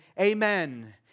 amen